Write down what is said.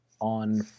on